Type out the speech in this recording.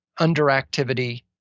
underactivity